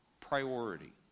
priority